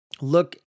look